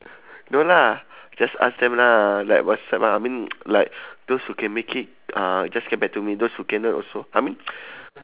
no lah just ask them lah uh like whatsapp ah I mean like those who can make it uh just get back to me those who cannot also I mean